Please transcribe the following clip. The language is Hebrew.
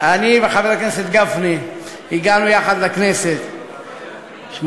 אני וחבר הכנסת גפני הגענו יחד לכנסת, 1988,